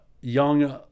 young